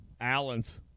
Allen's